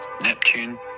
Neptune